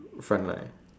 frontline